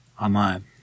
online